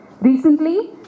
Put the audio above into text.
Recently